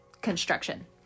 construction